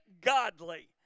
godly